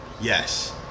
Yes